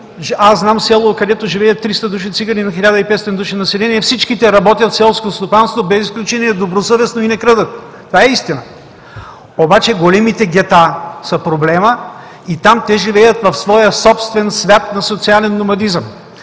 аз знам село, където живеят 300 души цигани на 1500 души население, всичките работят в селското стопанство без изключение добросъвестно и не крадат. Това е истина. Обаче големите гета са проблемът и там те живеят в своя собствен свят на социален номадизъм.